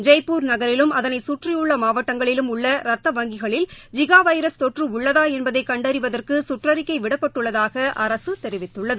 ஜெய்ப்பூர் நகரிலும் அதனை கற்றியுள்ள மாவட்டங்களிலும் உள்ள இரத்த வங்கிகளில் ஜிகா வைரஸ் தொற்று உள்ளதா என்பதை கண்டறிவதற்கு சுற்றறிக்கை விடப்பட்டுள்ளதாக அரசு தெரிவித்துள்ளது